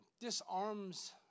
disarms